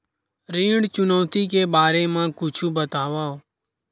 ऋण चुकौती के बारे मा कुछु बतावव?